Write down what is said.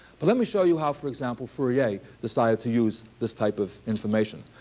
but let me show you how, for example, fourier decided to use this type of information.